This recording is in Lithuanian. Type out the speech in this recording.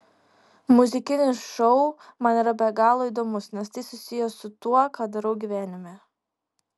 muzikinis šou man yra be galo įdomus nes tai susiję su tuo ką darau gyvenime